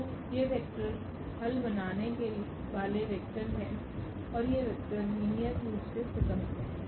तो ये वेक्टर हल बनाने वाले वेक्टर हैं और ये वेक्टर लीनियर रूप से स्वतंत्र हैं